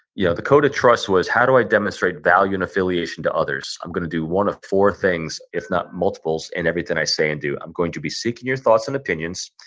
yeah the code of trust was how do i demonstrate value and affiliation to others? i'm going to do one of four things, if not multiples in everything i say and do. i'm going to be seeking your thoughts and opinions.